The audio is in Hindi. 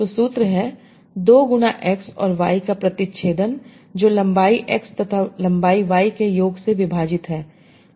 तो सूत्र है 2 गुना X और Y का प्रतिच्छेदन जो लंबाई X तथा लंबाई Y के योग से विभाजित है